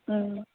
ம்